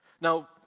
Now